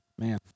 Man